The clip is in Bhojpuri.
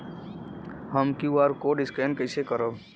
हम क्यू.आर कोड स्कैन कइसे करब?